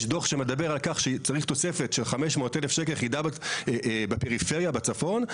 יש דו"ח שמדבר על כך שצריך תוספת של 500,000 שקלים בפריפריה בצפון,